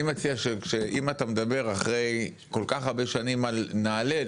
אני מציע שאם אתה מדבר אחרי כל כך הרבה שנים על נעל"ה,